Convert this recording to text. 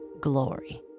glory